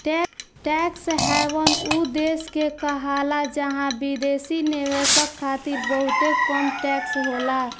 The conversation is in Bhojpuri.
टैक्स हैवन उ देश के कहाला जहां विदेशी निवेशक खातिर बहुते कम टैक्स होला